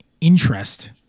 interest